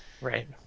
Right